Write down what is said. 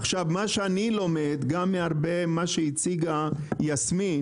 עכשיו מה שאני לומד גם מהרבה מה שהציגה יסמין,